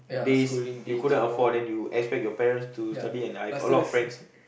days you couldn't afford then you expect your parents to study and i've a lot friends